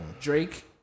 Drake